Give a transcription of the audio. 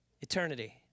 Eternity